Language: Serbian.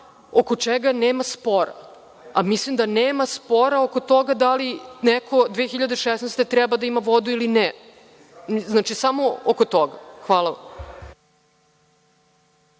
oko čega nema spora, a mislim da nema spora oko toga da li neko 2016. godine treba da ima vodu ili ne, znači samo oko toga.